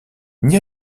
n’y